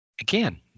again